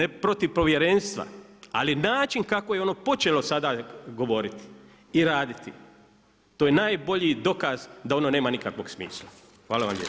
Ja sam ne protiv Povjerenstva, ali način kako je ono počelo sada govoriti i raditi, to je najbolji dokaz da ono nema nikakvog smisla.